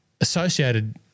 Associated